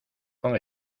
con